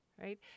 right